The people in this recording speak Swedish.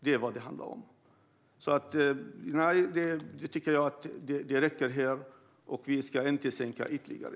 Det handlar om att ge och ta. Jag tycker att sänkningen av bolagsskatten räcker. Vi ska inte sänka den ytterligare.